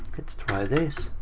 let's try this.